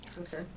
Okay